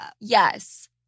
Yes